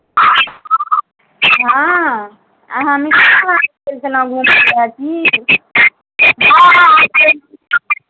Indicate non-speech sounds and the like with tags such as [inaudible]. हँ अहाँ मिथिला हाट गेल छलहूँ घूमय लए की [unintelligible] हँ हँ